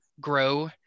grow